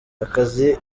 akazi